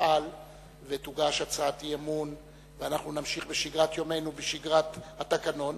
תפעל ותוגש הצעת אי-אמון ואנחנו נמשיך בשגרת יומנו ובשגרת התקנון,